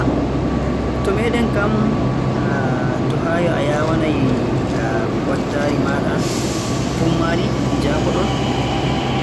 Ah! To meeɗen kam to no a yaawanay mbottaari maaɗa - fummaari, njaafo-ɗon.